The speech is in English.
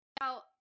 Now